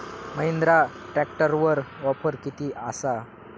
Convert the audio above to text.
महिंद्रा ट्रॅकटरवर ऑफर किती आसा?